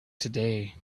today